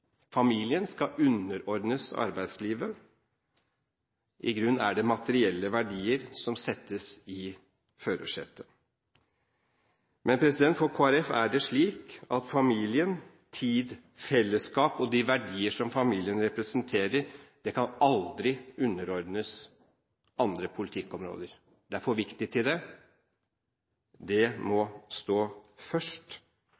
Familien skal underordnes arbeidslivet. I grunnen er det materielle verdier som settes i førersetet. For Kristelig Folkeparti er det slik at familien – tid, fellesskap og de verdier familien representerer – aldri kan underordnes andre politikkområder. Det er for viktig til det. Det